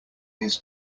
his